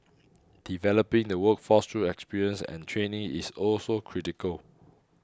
developing the workforce through experience and training is also critical